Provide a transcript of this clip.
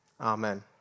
Amen